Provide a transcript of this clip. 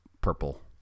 Purple